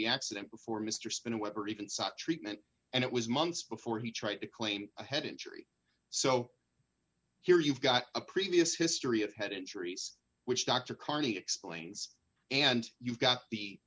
the accident before mr spin a web or even such treatment and it was months before he tried to claim a head injury so here you've got a previous history of head injuries which dr carney explains and you've got the